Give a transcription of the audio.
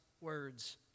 words